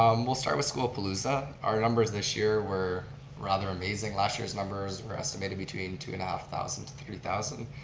um we'll start with school-a-palooza. our numbers this year were rather amazing, last years numbers were estimated between two and a half thousand to three thousand.